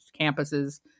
campuses